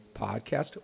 podcast